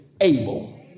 able